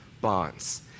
bonds